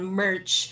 merch